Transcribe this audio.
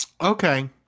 Okay